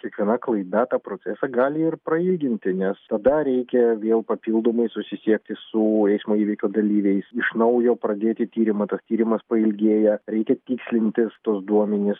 kiekviena klaida tą procesą gali ir prailginti nes tada reikia vėl papildomai susisiekti su eismo įvykio dalyviais iš naujo pradėti tyrimą tas tyrimas pailgėja reikia tikslintis tuos duomenis